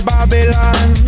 Babylon